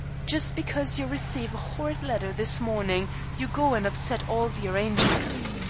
just because you receive a horrid letter this morning you go and upset all the arrangements.